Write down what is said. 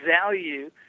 value